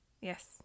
Yes